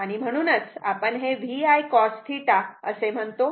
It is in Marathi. आणि म्हणूनच आपण हे VI cos θ असे म्हणतो